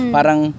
Parang